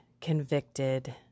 convicted